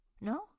No